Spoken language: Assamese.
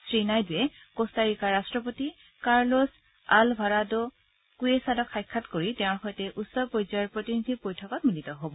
শ্ৰীনাইড়ুৱে ক'্টাৰিকাৰ ৰাষ্টপতি কাৰলোছ আলভাৰাডো কুৱেছাডাক সাক্ষাৎ কৰি তেওঁৰ সৈতে উচ্চ পৰ্যায়ৰ প্ৰতিনিধি বৈঠকত মিলিত হ'ব